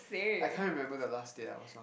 I can't remember the last date I was on